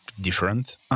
different